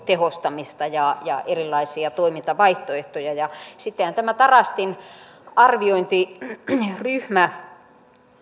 tehostamista ja ja erilaisia toimintavaihtoehtoja sittenhän tämä tarastin arviointiryhmä